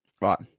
Right